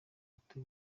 gato